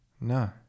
No